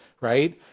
right